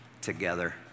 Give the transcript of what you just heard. together